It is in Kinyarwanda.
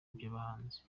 by’abahanzi